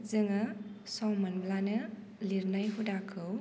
जोङो सम मोनब्लानो लिरनाय हुदाखौ